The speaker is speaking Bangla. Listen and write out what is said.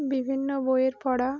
বিভিন্ন বইয়ের পড়া